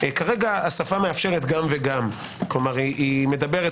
כרגע השפה מאפשרת גם וגם כלומר מדברת